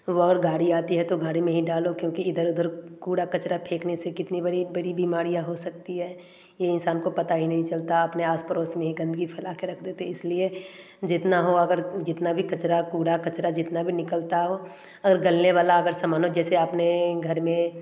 और गाड़ी आती है तो गाड़ी में ही डालो क्योंकि इधर उधर कूड़ा कचरा फेकने से कितनी बड़ी बड़ी बीमारियाँ हो सकती हैं ये इंसान को पता ही नहीं चलता अपने आस पड़ोस में ही गन्दगी फैला के रख देते इसलिए जितना हो अगर जितना भी कचरा कूड़ा कचरा जितना भी निकलता हो अगर गलने वाला अगर से मानो जैसे आपने घर में